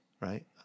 right